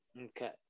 Okay